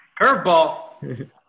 Curveball